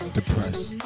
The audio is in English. Depressed